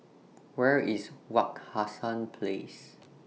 Where IS Wak Hassan Place